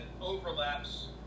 overlaps